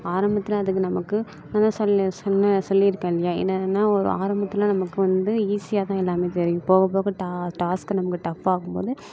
ஆரம்பத்தில் அதுக்கு நமக்கு அதுதான் சொல்ல சொன்ன சொல்லியிருக்கேன் இல்லையா என்னென்னன்னா ஒரு ஆரம்பத்தில் நமக்கு வந்து ஈஸியாக தான் எல்லாமே தெரியும் போக போக டா டாஸ்க்கை நமக்கு டஃப்பாகும் போது